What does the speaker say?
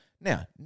Now